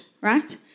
right